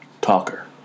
Talker